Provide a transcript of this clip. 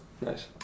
nice